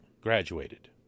graduated